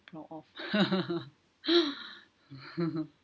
proud of